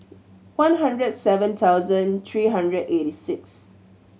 one hundred seven thousand three hundred eighty six